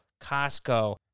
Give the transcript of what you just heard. Costco